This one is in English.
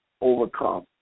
overcome